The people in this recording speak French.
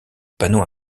panneau